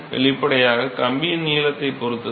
வெளிப்படையாக கம்பியின் நீளத்தைப் பொறுத்தது